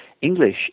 English